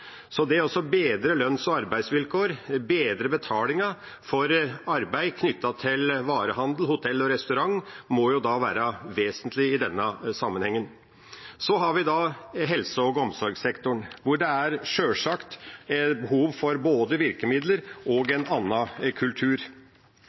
Så det å bedre lønns- og arbeidsvilkår, bedre betalingen for arbeid knyttet til varehandel, hotell og restaurant, må være vesentlig i denne sammenhengen. Så har vi helse- og omsorgsektoren, hvor det sjølsagt er behov for både virkemidler og